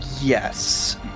Yes